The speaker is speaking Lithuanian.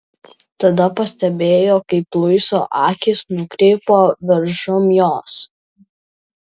tada pastebėjo kaip luiso akys nukrypo viršum jos